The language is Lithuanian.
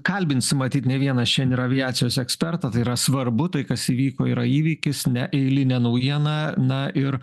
kalbinsim matyt ne vieną šian ir aviacijos ekspertą tai yra svarbu tai kas įvyko yra įvykis neeilinė naujieną na ir